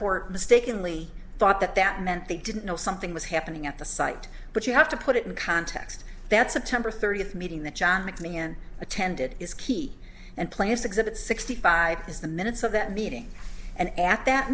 court mistakenly thought that that meant they didn't know something was happening at the site but you have to put it in context that's a temper thirtieth meeting that john mcmahon attended is key and players exhibit sixty five is the minutes of that meeting and at that